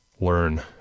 Learn